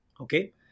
Okay